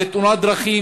זו תאונת דרכים,